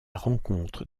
rencontre